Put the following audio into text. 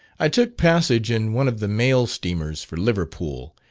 i took passage in one of the mail steamers for liverpool,